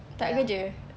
takde kerja